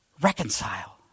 reconcile